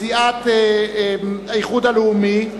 סיעת האיחוד הלאומי,